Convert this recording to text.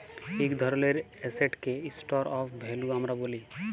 ইক ধরলের এসেটকে স্টর অফ ভ্যালু আমরা ব্যলি